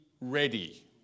ready